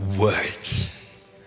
words